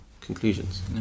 conclusions